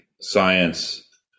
science